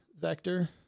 vector